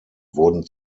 wurden